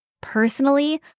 Personally